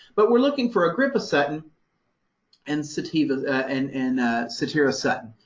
but we're looking for agrippa sutton and satira and and satira sutton.